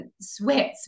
sweats